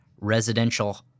residential